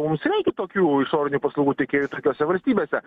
mums reikia tokių išorinių paslaugų tiekėjų tokiose valstybėse